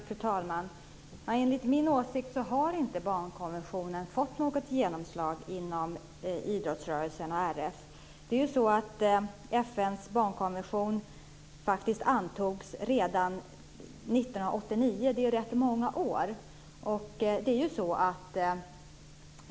Fru talman! Enligt min åsikt har inte barnkonventionen fått något genomslag inom idrottsrörelsen och RF. FN:s barnkonvention antogs redan 1989. Det är många år sedan.